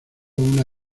una